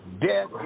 death